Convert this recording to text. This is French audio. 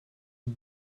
une